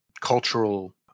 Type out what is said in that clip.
cultural